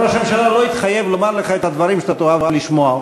ראש הממשלה לא התחייב לומר לך את הדברים שאתה תאהב לשמוע.